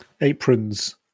aprons